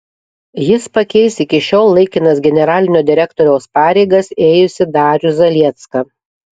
jis pakeis iki šiol laikinas generalinio direktoriaus pareigas ėjusį darių zaliecką